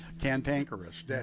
Cantankerous